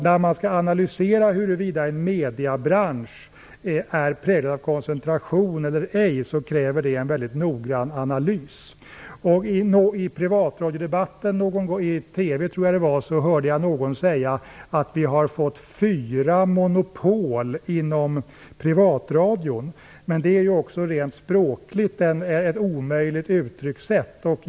När man skall analysera huruvida en mediebransch är präglad av koncentration eller ej kräver det en mycket noggrann analys. I privatradiodebatten hörde jag en gång någon säga, jag tror att det var på TV, att vi har fått fyra monopol inom privatradion. Det är också rent språkligt ett omöjligt uttryckssätt.